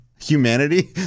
humanity